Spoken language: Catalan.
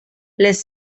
les